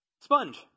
sponge